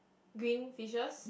green fishes